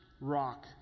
rock